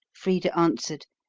frida answered,